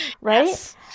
right